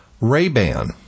Ray-Ban